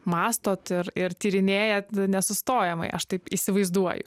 mąstot ir ir tyrinėjat nesustojamai aš taip įsivaizduoju